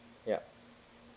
ya